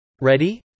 Ready